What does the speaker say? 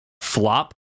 flop